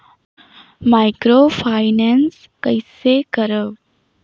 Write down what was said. Microfinance कइसे करव?